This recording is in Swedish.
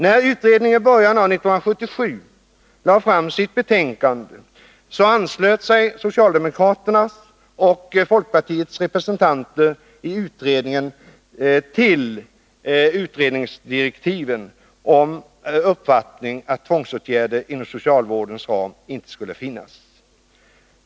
När utredningen i början av 1977 lade fram sitt betänkande anslöt sig socialdemokraternas och folkpartiets representanter i utredningen till uppfattningen att tvångsåtgärder inom socialvårdens ram inte skulle finnas.